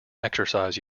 exercise